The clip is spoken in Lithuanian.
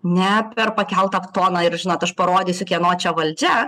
ne per pakeltą toną ir žinot aš parodysiu kieno čia valdžia